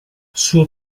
suo